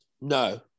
No